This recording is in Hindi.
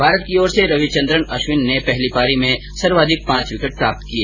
भारत की ओर से रविचन्द्रन अश्विन ने पहली पारी में सर्वाधिक पांच विकेट प्राप्त किए